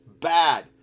bad